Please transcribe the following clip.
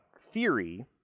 theory